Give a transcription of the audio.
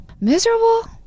Miserable